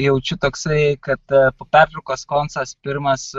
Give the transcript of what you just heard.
jaučiu toksai kad po pertraukos koncas pirmas